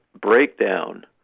breakdown